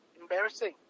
Embarrassing